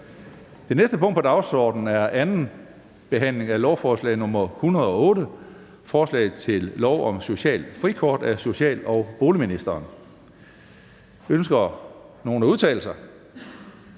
Det næste punkt på dagsordenen er: 9) 2. behandling af lovforslag nr. L 108: Forslag til lov om socialt frikort. Af social- og boligministeren (Pernille Rosenkrantz-Theil).